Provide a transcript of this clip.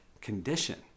condition